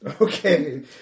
okay